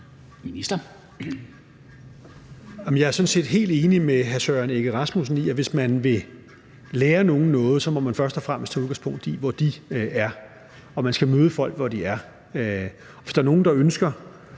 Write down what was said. set helt enig med hr. Søren Egge Rasmussen i, at hvis man vil lære nogen noget, må man først og fremmest tage udgangspunkt i, hvor de er, og man skal møde folk, hvor de er. Hvis der er nogen, der ønsker